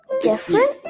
different